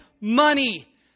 money